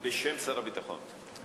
בשם שר הביטחון.